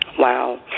Wow